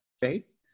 faith